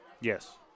Yes